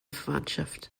verwandtschaft